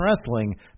wrestling